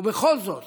ובכל זאת